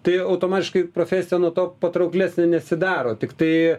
tai automatiškai profesija nuo to patrauklesnė nesidaro tiktai